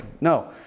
No